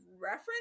reference